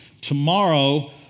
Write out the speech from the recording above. Tomorrow